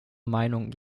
meinung